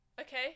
okay